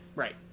Right